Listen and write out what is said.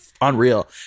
unreal